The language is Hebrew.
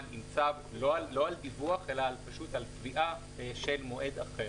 עם צו לא על דיווח אלא על קביעה של מועד אחר.